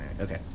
okay